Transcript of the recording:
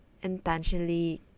intentionally